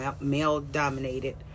male-dominated